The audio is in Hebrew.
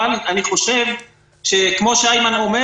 אבל אני חושב שכמו שאימן אומר